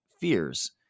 fears